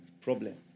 Problem